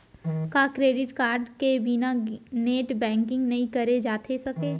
का debit card के बिना नेट बैंकिंग नई करे जाथे सके?